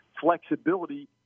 flexibility